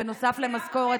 תירגע.